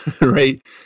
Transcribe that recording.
right